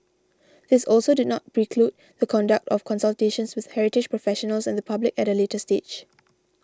this also did not preclude the conduct of consultations with heritage professionals and the public at a later stage